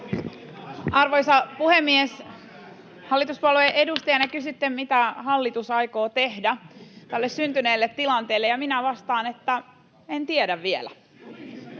Arvoisa puhemies! Hallituspuolueen edustajana kysytte, mitä hallitus aikoo tehdä tälle syntyneelle tilanteelle, ja minä vastaan, että en tiedä vielä.